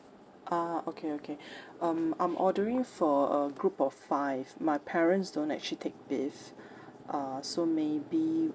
uh okay okay um I'm ordering for a group of five my parents don't actually take beef